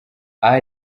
aha